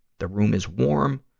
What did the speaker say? the room is warm,